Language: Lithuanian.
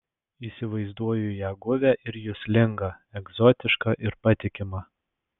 įsivaizduoju ją guvią ir juslingą egzotišką ir patikimą